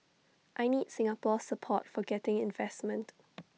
I need Singapore's support for getting investment